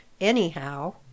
anyhow